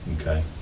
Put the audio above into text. okay